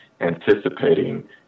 anticipating